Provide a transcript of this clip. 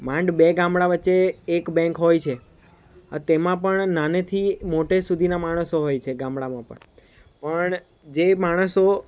માંડ બે ગામડા વચ્ચે એક બેન્ક હોય છે તેમાં પણ નાનેથી મોટે સુધીના માણસો હોય છે ગામડામાં પણ પણ જે માણસો